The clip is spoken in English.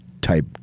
type